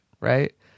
right